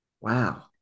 wow